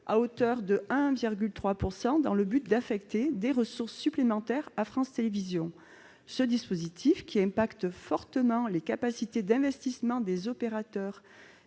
à hauteur de 1,3 %, dans le but d'affecter des ressources supplémentaires à France Télévisions. Ce dispositif, qui ampute fortement les capacités d'investissement des opérateurs-